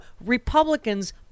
Republicans